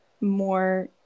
more